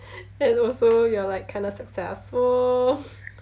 then also you're like kind of like successful